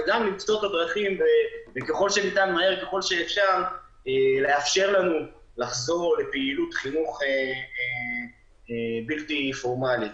וגם מהר ככל שאפשר לאפשר לנו לחזור לפעילות חינוך בלתי פורמלי.